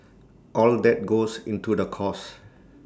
all that goes into the cost